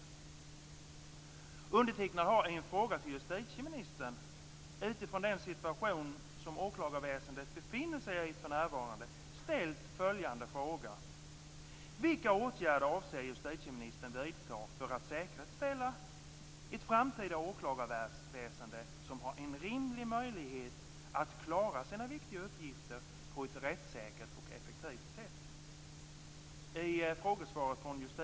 Undertecknad har till justitieministern utifrån den situation som åklagarväsendet befinner sig i för närvarande ställt följande fråga: "Vilka åtgärder avser justitieministern vidta för att säkerställa ett framtida åklagarväsende som har en rimlig möjlighet att klara sina viktiga uppgifter på ett rättssäkert och effektivt sätt?".